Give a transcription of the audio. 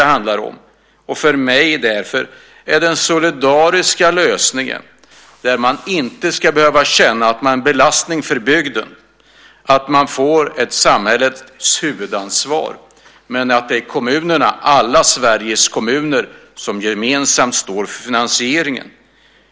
För mig är därför svaret den solidariska lösningen där man inte ska behöva känna att man är en belastning för bygden, utan att samhället får ett huvudansvar, men att det är alla Sveriges kommuner som gemensamt står för finansieringen.